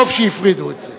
טוב שהפרידו את זה.